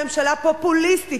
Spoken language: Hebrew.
הממשלה הפופוליסטית,